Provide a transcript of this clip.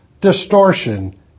distortion